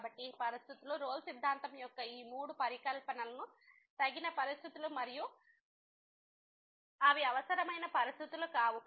కాబట్టి ఈ పరిస్థితులు రోల్ సిద్ధాంతం యొక్క ఈ మూడు పరికల్పనలు తగిన పరిస్థితులు మరియు అవి అవసరమైన పరిస్థితులు కావు